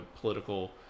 political